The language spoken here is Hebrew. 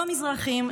לא מזרחים,